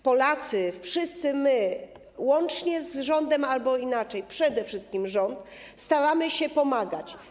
Polacy, my wszyscy łącznie z rządem, inaczej - przede wszystkim rząd - staramy się pomagać.